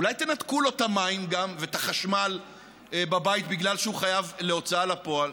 אולי גם תנתקו לו את המים ואת החשמל בבית בגלל שהוא חייב להוצאה לפועל?